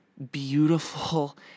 beautiful